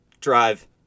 drive